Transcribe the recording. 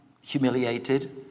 humiliated